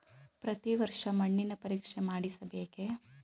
ಪ್ರತಿ ವರ್ಷ ಮಣ್ಣಿನ ಪರೀಕ್ಷೆ ಮಾಡಿಸಬೇಕೇ?